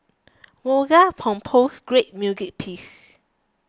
Mozart compose great music pieces